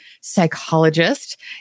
psychologist